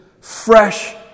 fresh